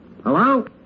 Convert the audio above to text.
Hello